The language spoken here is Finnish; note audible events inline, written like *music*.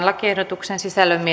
*unintelligible* lakiehdotuksen sisällöstä *unintelligible*